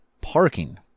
parking